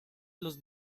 los